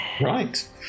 Right